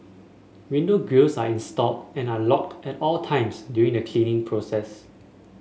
window grilles are installed and are locked at all times during the cleaning process